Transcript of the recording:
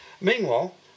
Meanwhile